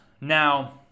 Now